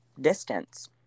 distance